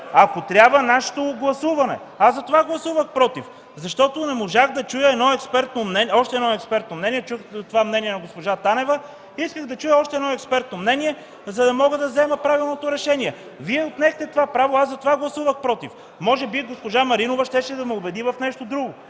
ако трябва, нашето гласуване? Затова гласувах „против”, защото не можах да чуя още едно експертно мнение. Чух мнението на госпожа Танева, но исках да чуя още едно експертно мнение, за да мога да взема правилното решение. Вие отнехте това право, затова гласувах „против”. Може би госпожа Маринова щеше да ме убеди в нещо друго.